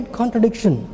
contradiction